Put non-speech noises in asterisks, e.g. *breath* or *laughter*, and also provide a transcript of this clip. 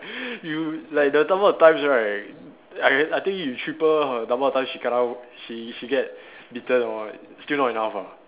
*breath* you like there's number of times right I I think you triple her number of times she kena she she get beaten or what still not enough ah